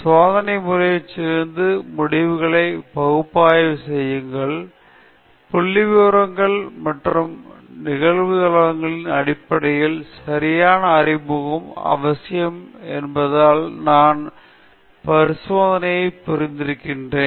சோதனை முயற்சிகளிலிருந்து முடிவுகளை பகுப்பாய்வு செய்யுங்கள் புள்ளிவிவரங்கள் மற்றும் நிகழ்தகவுகளின் அடிப்படையிலும் சரியான அறிமுகமும் அவசியம் என்பதால் நான் பரிசோதனையைப் புரிந்திருக்கிறேன்